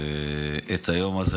את היום הזה.